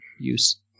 use